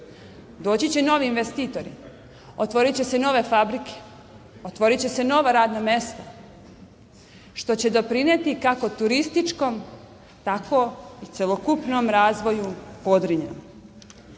Doći će novi investitori. Otvoriće se nove fabrike, otvoriće se nova radna mesta, što će doprineti kako turističkom, tako i celokupnom razvoju Podrinja.U